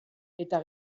eta